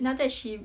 then after that she